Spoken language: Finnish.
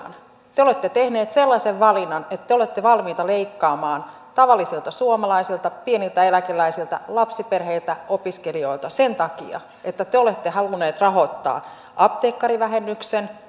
te te olette tehneet sellaisen valinnan että te olette valmiita leikkaamaan tavallisilta suomalaisilta pieniltä eläkeläisiltä lapsiperheiltä opiskelijoilta sen takia että te te olette halunneet rahoittaa apteekkarivähennyksen